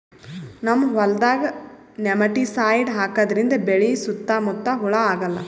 ನಮ್ಮ್ ಹೊಲ್ದಾಗ್ ನೆಮಟಿಸೈಡ್ ಹಾಕದ್ರಿಂದ್ ಬೆಳಿ ಸುತ್ತಾ ಮುತ್ತಾ ಹುಳಾ ಆಗಲ್ಲ